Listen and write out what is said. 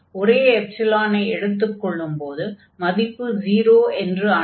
ஒரே எப்ஸிலானை எடுத்துக் கொள்ளும்போது மதிப்பு 0 என்று ஆனது